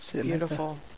Beautiful